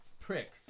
prick